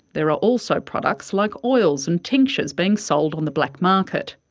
there are also products like oils and tinctures being sold on the black market.